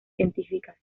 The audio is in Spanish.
científicas